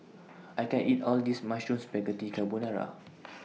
I can't eat All This Mushroom Spaghetti Carbonara